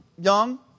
young